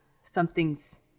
something's